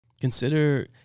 Consider